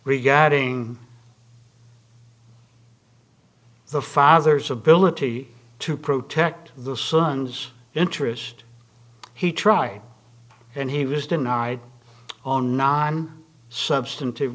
regarding the father's ability to protect the son's interest he tried and he was denied on non substantive